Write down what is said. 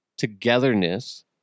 togetherness